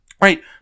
Right